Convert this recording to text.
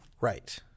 Right